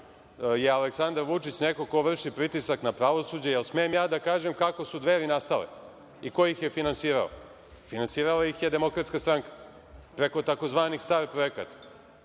je Aleksandar Vučić neko ko vrši pritisak na pravosuđe, da li smem da kažem kako su Dveri nastale i ko ih je finansirao. Finansirala ih je DS, preko tzv. star projekata.